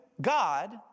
God